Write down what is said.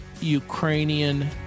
Ukrainian